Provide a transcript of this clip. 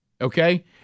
Okay